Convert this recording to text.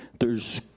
there's,